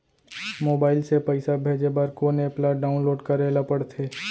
Mobile से पइसा भेजे बर कोन एप ल डाऊनलोड करे ला पड़थे?